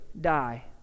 die